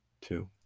Two